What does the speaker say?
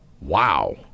Wow